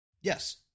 Yes